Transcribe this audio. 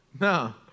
No